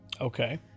Okay